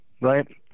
right